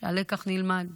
שהלקח נלמד.